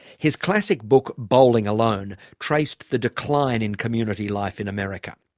his classic book bowling alone traced the decline in community life in america.